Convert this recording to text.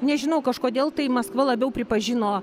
nežinau kažkodėl tai maskva labiau pripažino